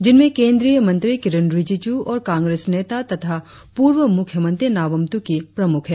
जिनमें केंद्रीय मंत्री किरेन रिजिजू और कांग्रेस नेता तथा पूर्व मुख्यमंत्री नबाम तुकी प्रमुख है